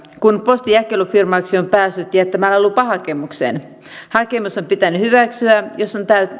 ja postinjakelufirmaksi on päässyt jättämällä lupahakemuksen hakemus on pitänyt hyväksyä